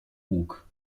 łuk